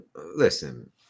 Listen